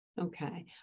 Okay